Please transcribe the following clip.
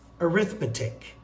arithmetic